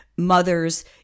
mothers